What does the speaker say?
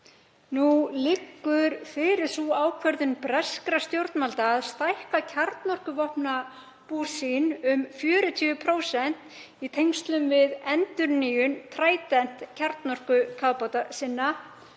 Nú liggur fyrir sú ákvörðun breskra stjórnvalda að stækka kjarnorkuvopnabúr sín um 40% í tengslum við endurnýjun Trident-kjarnorkukafbáta sinna.